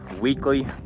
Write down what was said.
weekly